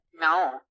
no